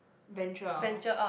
venture out